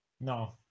No